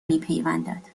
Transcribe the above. میپیوندد